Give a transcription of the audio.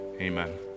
Amen